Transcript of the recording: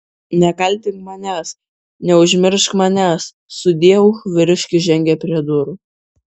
nekaltink manęs neužmiršk manęs sudieu vyriškis žengė prie durų